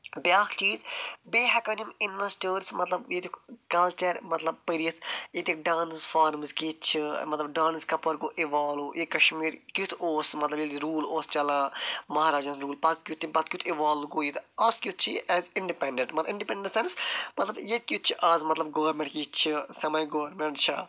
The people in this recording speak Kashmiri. بیٛاکھ چیٖز بیٚیہِ ہیٚکَن یِم اِنویٚسٹٲرٕس مطلب ییٚتیُک کَلچر مطلب پٔرِتھ ییٚتِکۍ ڈانٕس فارمٕز کِتھۍ چھِ مطلب ڈانٕس کَپٲر گوٚو اِوالوٗ یہِ کَشمیٖر کیٛتھ اوس مطلب ییٚلہِ روٗل اوس چَلان مہاراجہ ہُن روٗل پَتہٕ کیٛتھ تَمہِ پتہٕ کیٛتھ اِوالوٗ گوٚو یہِ تہٕ آز کیُتھ چھُ یہِ ایز اِنڈِپیٚنڈَنٹ مطلب اِنڈِپیٚنڈَنٹ اِن دَ سیٚنٕس مطلب ییٚتہِ کیٛتھ چھُ آز مطلب گوٚورمیٚنٛٹ کِژھۍ چھِ سیٚمی گوٚرمیٚنٛٹ چھا